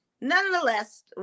nonetheless